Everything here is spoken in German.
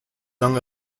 lang